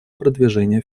продвижения